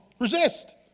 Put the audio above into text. Resist